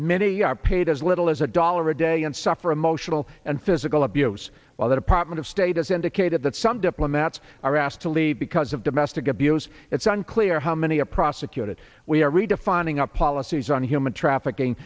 many are paid as little as a dollar a day and suffer emotional and physical abuse while the department of state has indicated that some diplomats are asked to leave because of domestic abuse it's unclear how many are prosecuted we are redefining of policies on human trafficking